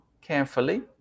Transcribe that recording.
carefully